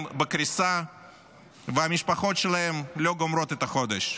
בקריסה והמשפחות שלהם לא גומרות את החודש.